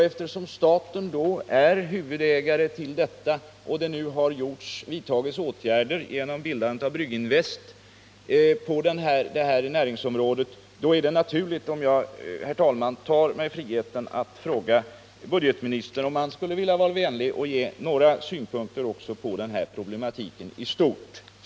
Eftersom staten är huvudägare i Prippsbryggerierna och det genom bildandet av Brygginvest har vidtagits åtgärder på det här näringsområdet är det naturligt om jag tar mig friheten att fråga budgetministern om han skulle vilja vara vänlig att också ge några synpunkter på den här problematiken i stort.